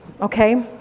okay